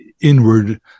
inward